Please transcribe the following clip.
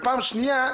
ופעם שנייה,